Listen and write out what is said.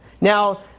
Now